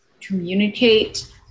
communicate